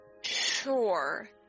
Sure